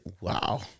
Wow